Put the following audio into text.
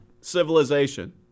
civilization